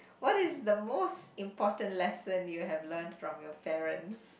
what it's the most important lesson you have learnt from your parents